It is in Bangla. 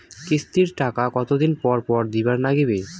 কিস্তির টাকা কতোদিন পর পর দিবার নাগিবে?